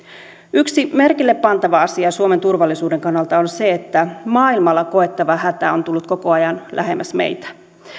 yksi merkille pantava asia suomen turvallisuuden kannalta on se että maailmalla koettava hätä on tullut koko ajan lähemmäs meitä